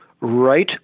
right